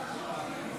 רק לא ולא